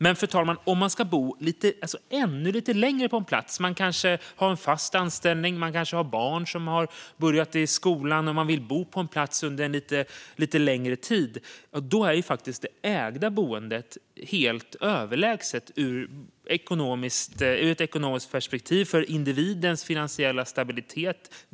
Men, fru talman, om man ska bo ännu lite längre på en plats - man kanske har en fast anställning, eller man kanske har barn som har börjat i skolan och vill bo på samma plats en lite längre tid - är faktiskt det ägda boendet definitivt helt överlägset ur ett ekonomiskt perspektiv för individens finansiella stabilitet.